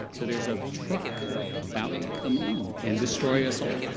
so there's a truck about to come in and destroy us all.